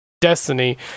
Destiny